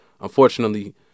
Unfortunately